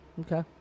Okay